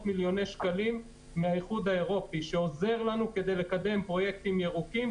מיליוני שקלים מהאיחוד האירופי שעוזר לנו כדי לקדם פרויקטים ירוקים,